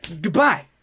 Goodbye